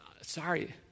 sorry